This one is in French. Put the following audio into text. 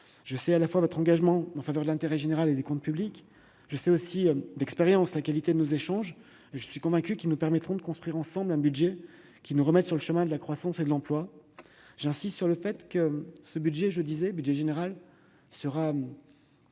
Je sais votre engagement en faveur de l'intérêt général et des comptes publics et je connais, d'expérience, la qualité de nos échanges. Je suis convaincu qu'ils nous permettront de construire ensemble un budget susceptible de nous remettre sur le chemin de la croissance et de l'emploi. J'insiste sur le fait que ce budget général sera